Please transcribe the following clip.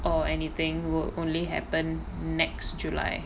or anything will only happen next july